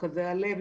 את מרכזי הלב.